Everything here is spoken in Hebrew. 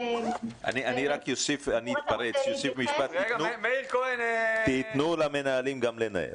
רק אוסיף משפט: חבריה, תנו למנהלים לנהל